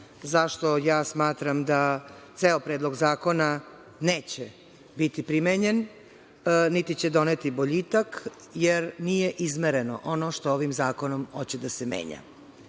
zašto smatram da ceo predlog zakona neće biti primenjen, niti će doneti boljitak, jer nije izmereno ono što ovim zakonom hoće da se menja.